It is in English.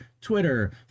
Twitter